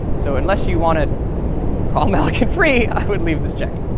so unless you want to call malloc and free, i would leave this checked.